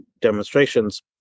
demonstrations